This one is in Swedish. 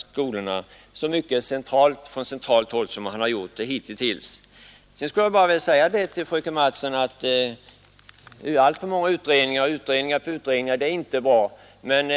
Skolorna skall inte dirigeras så mycket från centralt håll som hittills. Slutligen vill jag också säga till fröken Mattson att alltför många utredningar inte är bra, men